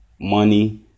money